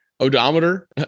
odometer